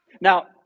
Now